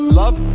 love